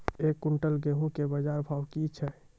एक क्विंटल गेहूँ के बाजार भाव की छ?